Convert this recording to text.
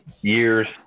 years